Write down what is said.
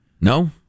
No